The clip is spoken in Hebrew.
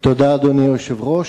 אדוני היושב-ראש,